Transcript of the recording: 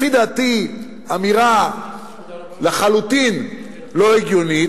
לפי דעתי אמירה לחלוטין לא הגיונית,